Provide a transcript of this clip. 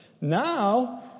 Now